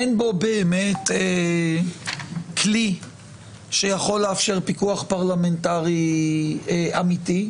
אין בו באמת כלי שיכול לאפשר פיקוח פרלמנטרי אמיתי.